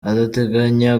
adateganya